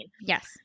Yes